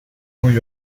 new